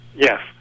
Yes